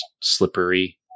slippery